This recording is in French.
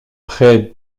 près